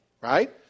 right